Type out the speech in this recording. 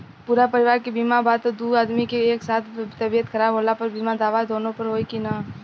पूरा परिवार के बीमा बा त दु आदमी के एक साथ तबीयत खराब होला पर बीमा दावा दोनों पर होई की न?